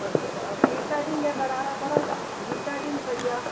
अच्छा बीटाडीन जा गरारा करां छा बीटाडीन पेई आहे